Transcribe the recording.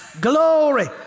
glory